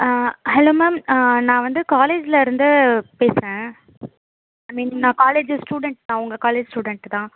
hello ma'am நான் வந்து காலேஜ்லேருந்து பேசுறேன் ஐ மீன் நான் காலேஜு ஸ்டூடெண்ட் நான் உங்கள் காலேஜ் ஸ்டூடெண்ட்டு தான்